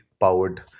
powered